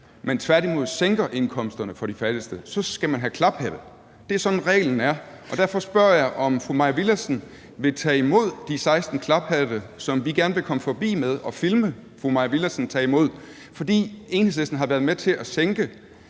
men tværtimod sænker indkomsterne for de fattigste, så skal man have klaphatte. Det er sådan, reglen er, og derfor spørger jeg, om fru Mai Villadsen vil tage imod de 16 klaphatte, som vi gerne vil komme forbi med og filme fru Mai Villadsen tage imod. For Enhedslisten har været med til at sænke